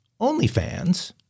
OnlyFans